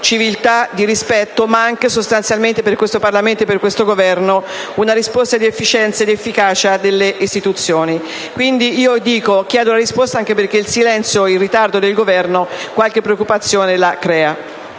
civiltà, di rispetto, ma anche, sostanzialmente, per questo Parlamento e questo Governo, una risposta di efficienza e di efficacia delle istituzioni. Chiedo quindi una risposta, perché il silenzio e il ritardo del Governo creano qualche preoccupazione.